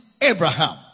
Abraham